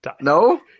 No